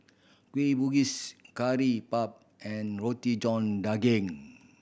Kueh Bugis Curry Puff and Roti John Daging